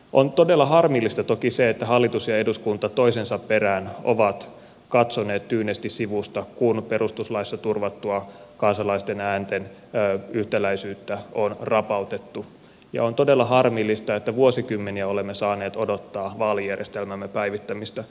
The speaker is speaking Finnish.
on todella harmillista toki se että hallitus ja eduskunta toisensa perään ovat katsoneet tyynesti sivusta kun perustuslaissa turvattua kansalaisten äänten yhtäläisyyttä on rapautettu ja on todella harmillista että vuosikymmeniä olemme saaneet odottaa vaalijärjestelmämme päivittämistä